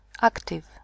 active